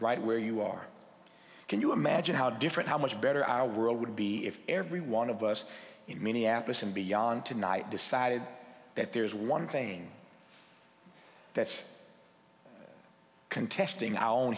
right where you are can you imagine how different how much better our world would be if every one of us in minneapolis and beyond tonight decide that there's one thing that's contesting our own